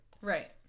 Right